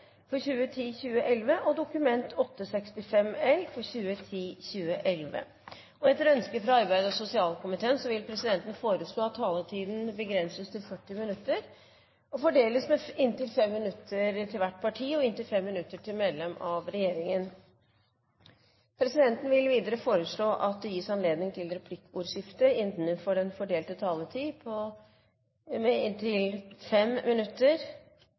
for å passe på at de norske hensynene blir ivaretatt på en best mulig måte, slik at vår industri også har en framtid innenfor framtidens EU-regime. Sak nr. 2 er dermed ferdigbehandlet. Etter ønske fra arbeids- og sosialkomiteen vil presidenten foreslå at taletiden begrenses til 40 minutter og fordeles med inntil 5 minutter til hvert parti og inntil 5 minutter til medlem av regjeringen. Videre vil presidenten foreslå at det gis anledning til replikkordskifte på